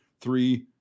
three